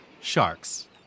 sharks